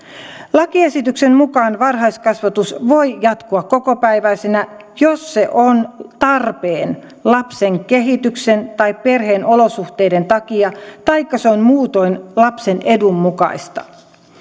lakiesityksen mukaan varhaiskasvatus voi jatkua kokopäiväisenä jos se on tarpeen lapsen kehityksen tai perheen olosuhteiden takia taikka se on muutoin lapsen edun mukaista